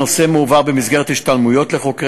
הנושא מועבר במסגרת השתלמויות לחוקרי